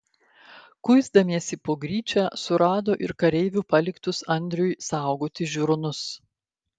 kuisdamiesi po gryčią surado ir kareivių paliktus andriui saugoti žiūronus